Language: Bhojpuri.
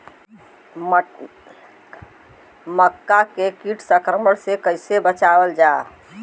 मक्का के कीट संक्रमण से कइसे बचावल जा?